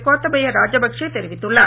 கோத்தபய ராஜபக்சே தெரிவித்துள்ளார்